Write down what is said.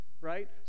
Right